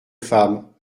femme